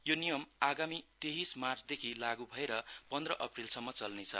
यो नियम आगामि तेहिस मार्चदेखि लागू भएर पन्द्र अप्रेलसम्म चल्नेछ